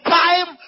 time